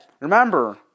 remember